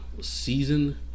season